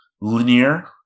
linear